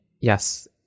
yes